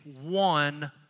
one